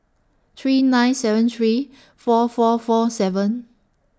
three nine seven three four four four seven